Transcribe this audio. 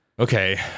Okay